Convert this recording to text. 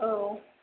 औ